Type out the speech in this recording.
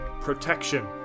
protection